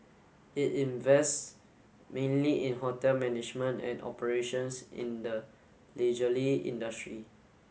it invests mainly in hotel management and operations in the leisurely industry